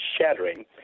shattering